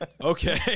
okay